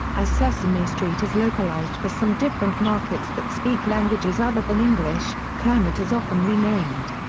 as sesame street is localized for some different markets that speak languages other than english, kermit is often renamed.